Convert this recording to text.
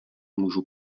můžu